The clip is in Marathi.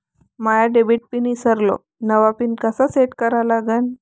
माया डेबिट पिन ईसरलो, नवा पिन कसा सेट करा लागन?